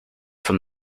from